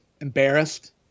Embarrassed